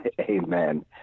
amen